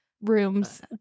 rooms